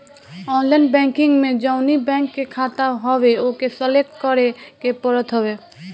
online banking में जवनी bank के खाता हवे ओके सलेक्ट करे के पड़त हवे